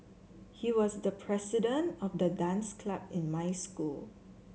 he was the president of the dance club in my school